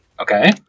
Okay